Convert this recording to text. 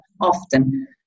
often